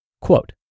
quote